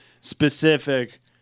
specific